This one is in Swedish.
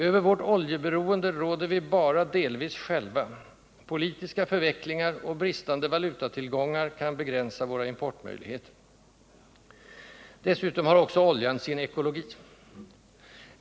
Över vårt oljeberoende råder vi bara delvis själva: politiska förvecklingar och bristande valutatillgångar kan begränsa våra importmöjligheter. Dessutom har också oljan sin ekologi.